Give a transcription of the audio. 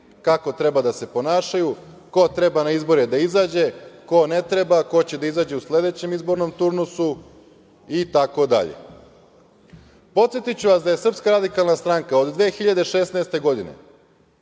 kako treba da se ponašaju, ko treba na izbore da izađe, ko ne treba, ko će da izađe u sledećem izbornom turnusu itd. Podsetiću vas da je SRS od 2016. godine